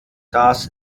das